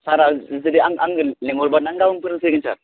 सारा जुदि आंनो लिंहरब्लानो गाबोन फोरों फैगोन सार